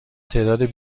تعداد